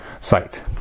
site